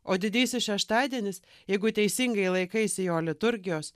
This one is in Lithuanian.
o didysis šeštadienis jeigu teisingai laikaisi jo liturgijos